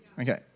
okay